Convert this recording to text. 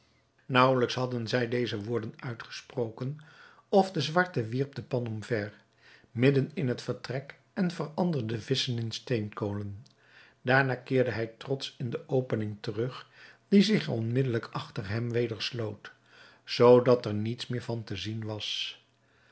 naauwelijks hadden zij deze woorden uitgesproken of de zwarte wierp de pan omver midden in het vertrek en veranderde de visschen in steenkolen daarna keerde hij trotsch in de opening terug die zich onmiddelijk achter hem weder sloot zoodat er niets meer van te zien was